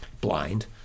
blind